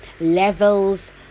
levels